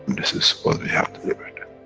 this is what we have delivered.